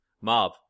Mob